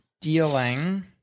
dealing